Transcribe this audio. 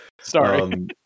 sorry